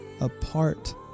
apart